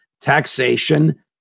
Taxation